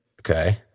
Okay